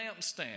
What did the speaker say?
lampstand